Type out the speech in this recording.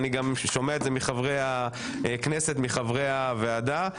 אני גם שומע את זה מחברי הכנסת, מחברי הוועדה.